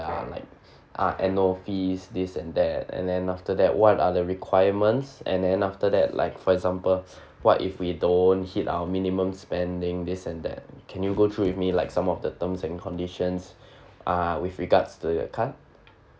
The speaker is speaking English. are like ah annual fees this and that and then after that what are the requirements and then after that like for example what if we don't hit our minimum spending this and that can you go through with me like some of the terms and conditions uh with regards to your card